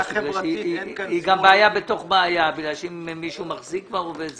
זו גם בעיה בתוך בעיה כי אם מישהו מחזיק עובד זר,